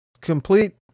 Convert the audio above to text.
Complete